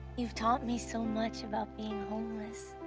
you've taught me so much about being homeless.